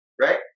right